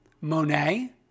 Monet